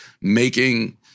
making-